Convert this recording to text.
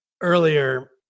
earlier